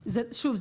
שוב,